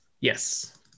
Yes